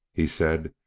he said,